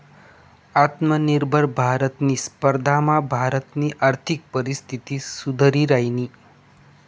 आत्मनिर्भर भारतनी स्पर्धामा भारतनी आर्थिक परिस्थिती सुधरि रायनी